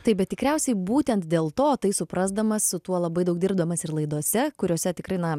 taip bet tikriausiai būtent dėl to tai suprasdamas su tuo labai daug dirbdamas ir laidose kuriose tikrai na